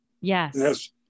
Yes